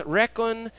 reckon